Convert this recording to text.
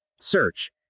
Search